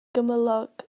gymylog